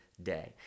day